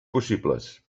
possibles